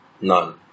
None